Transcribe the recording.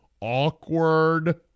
Awkward